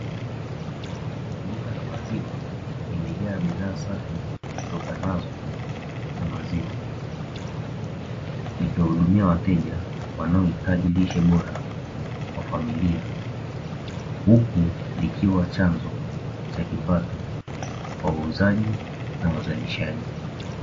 Duka la maziwa limejaa bidhaa safi zitokanazo na maziwa, likiwahudumia wateja wanaohitaji lishe bora kwa familia, huku likiwa chanzo cha kipato kwa wauzaji na wazalishaji.